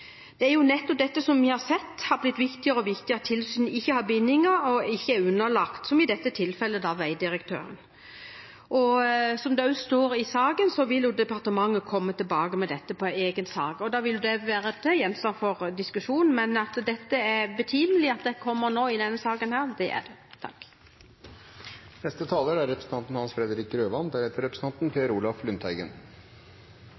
Det er jo nettopp dette vi har sett har blitt viktigere og viktigere, at tilsynet ikke har bindinger og ikke er underlagt – som i dette tilfellet – vegdirektøren. Som det også står i saken, vil departementet komme tilbake til dette i en egen sak, og da vil dette være gjenstand for diskusjon, men det er betimelig at dette kommer nå, i denne saken. Jeg skal ikke gå inn på helheten i det som er lagt fram. Jeg viser til hva saksordføreren har presentert, men jeg vil gå litt inn på det